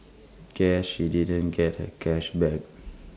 guess she didn't get her cash back